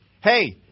Hey